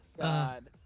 God